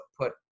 put